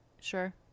Sure